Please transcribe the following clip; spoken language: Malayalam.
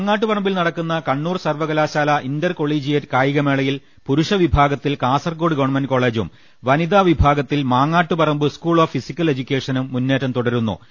മാങ്ങാട്ടുപറമ്പിൽ നടക്കുന്ന കണ്ണൂർ സർവകലാശാല ഇന്റർകൊളീജിയറ്റ് കായികമേളയിൽ പുരുഷ വിഭാഗത്തിൽ കാസർകോട് ഗവൺമെന്റ് കോളേജും വനിതാവിഭാഗത്തിൽ മാങ്ങാട്ടുപറമ്പ് സ്കൂൾ ഓഫ് ഫിസിക്കൽ എജുക്കേഷനും മുന്നേറ്റം തുടരുന്നു